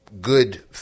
good